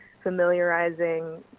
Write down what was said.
familiarizing